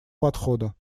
подхода